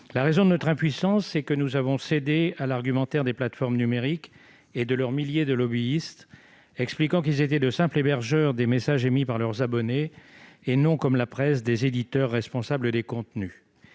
La raison de notre impuissance, c'est que nous avons cédé à l'argumentaire des plateformes numériques et de leurs milliers de lobbyistes, expliquant qu'ils étaient de simples hébergeurs des messages émis par leurs abonnés et non, comme la presse, des éditeurs responsables des contenus.